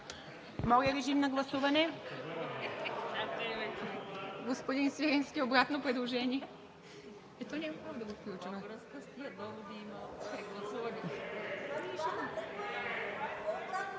Моля, режим на гласуване. Господин Свиленски – обратно предложение.